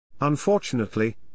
Unfortunately